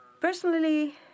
Personally